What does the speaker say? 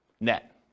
net